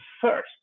first